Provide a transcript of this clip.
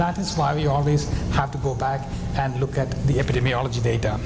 that is why we always have to go back and look at the epidemiology da